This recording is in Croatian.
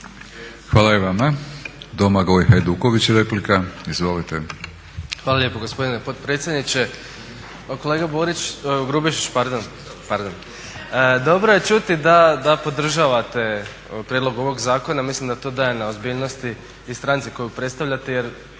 Hvala i vama. Domagoj Hajduković, replika. **Hajduković, Domagoj (SDP)** Hvala lijepo gospodine potpredsjedniče. Pa kolega Grubišić dobro je čuti da podržavate prijedlog ovog zakona, mislim da to daje na ozbiljnosti i stranici koju predstavljate